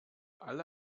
alle